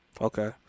Okay